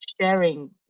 sharing